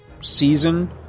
season